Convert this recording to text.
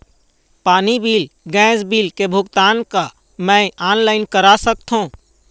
पानी bill gas bill के भुगतान का मैं ऑनलाइन करा सकथों?